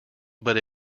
but